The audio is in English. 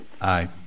Aye